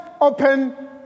open